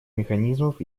механизмов